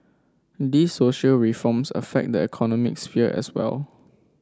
these social reforms affect the economic sphere as well